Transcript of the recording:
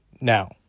now